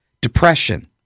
depression